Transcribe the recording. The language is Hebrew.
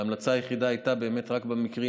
ההמלצה היחידה הייתה באמת רק במקרים